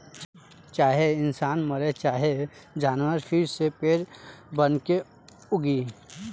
चाहे इंसान मरे चाहे जानवर फिर से पेड़ बनके उगी